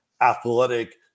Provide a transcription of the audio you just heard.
athletic